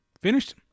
finished